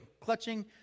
clutching